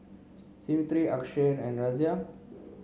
Smriti Akshay and Razia